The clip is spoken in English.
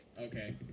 Okay